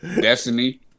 Destiny